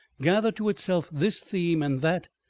gather to itself this theme and that,